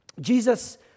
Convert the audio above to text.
Jesus